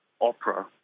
opera